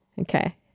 Okay